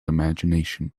imagination